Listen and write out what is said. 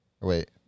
Wait